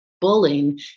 bullying